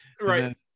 right